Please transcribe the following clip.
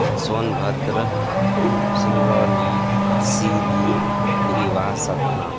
Sonbhadra Singrauli Sidhi Rewa Satna